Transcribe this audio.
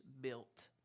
built